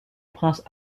prince